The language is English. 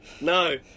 No